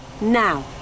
Now